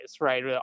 right